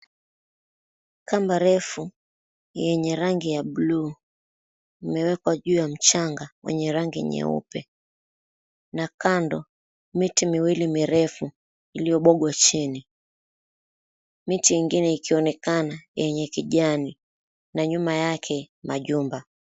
Kamba refu yenye rangi ya bluu imewekwa juu ya mchanga wenye rangi nyeupe, na kando miti miwili mirefu iliobwagwa chini, miti ingine ikionekana yenye kijani, na nyuma yake majumba.